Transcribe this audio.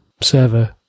server